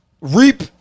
reap